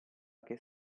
che